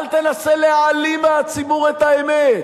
אל תנסה להעלים מהציבור את האמת,